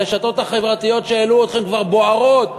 הרשתות החברתיות שהעלו אתכם כבר בוערות